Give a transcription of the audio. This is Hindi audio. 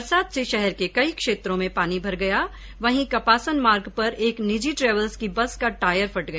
बरसात से शहर के कई क्षेत्रों में पानी भर गया वहीं कपासन मार्ग पर एक निजी ट्रेवल्स की बस का टायर फट गया